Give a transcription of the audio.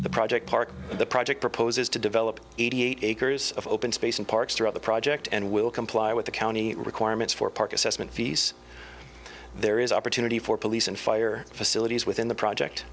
the project park project proposes to develop eighty eight acres of open space in parks throughout the project and will comply with the county requirements for park assessment fees there is opportunity for police and fire facilities within the project